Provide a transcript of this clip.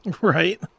right